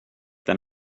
than